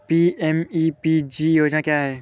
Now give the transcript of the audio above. PMEPG योजना क्या है?